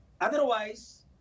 Otherwise